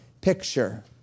picture